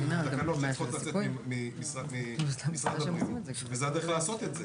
תקנות שצריכות ממשרד הבריאות וזו הדרך לעשות את זה,